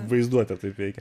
vaizduotė taip veikia